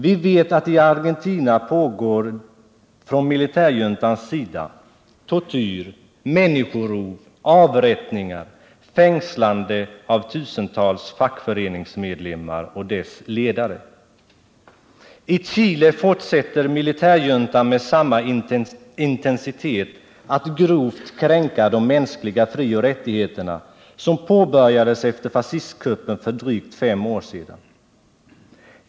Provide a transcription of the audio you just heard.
Vi vet att militärjuntan i Argentina gör sig skyldig till tortyr, människorov och avrättningar och att man fängslar tusentals fackföreningsmedlemmar och fackföreningsledare. I Chile fortsätter militärjuntan med samma intensitet att grovt kränka de mänskliga frioch rättigheterna, något som man började med efter fascistkuppen för drygt fem år sedan.